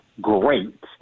great